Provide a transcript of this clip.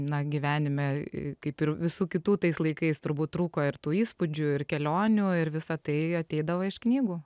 na gyvenime kaip ir visų kitų tais laikais turbūt trūko ir tų įspūdžių ir kelionių ir visą tai ateidavo iš knygų